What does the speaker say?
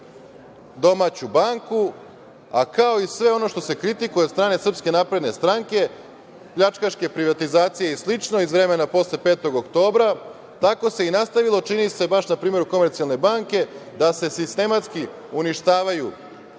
domaću banku, a kao i sve ono što se kritikuje od strane SNS, pljačkaške privatizacije i slično iz vremena posle 5. oktobra, tako se i nastavilo, čini se baš na primeru „Komercijalne banke“, da se sistematski uništavaju